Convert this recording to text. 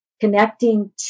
connecting